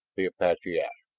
the apache asked.